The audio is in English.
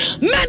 Men